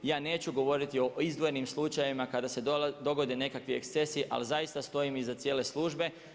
Ja neću govoriti o izdvojenim slučajevima kada se dogode nekakvi ekscesi, ali zaista stojim iza cijele službe.